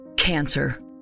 cancer